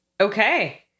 Okay